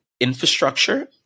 infrastructure